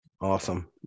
Awesome